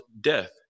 death